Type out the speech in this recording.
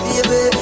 Baby